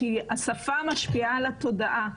כי השפה משפיעה על התודעה.